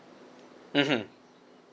mmhmm